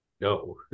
no